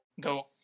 go